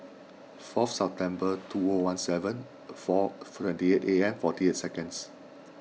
four September two O one seven four Friday eight A M forty eight seconds